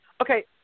Okay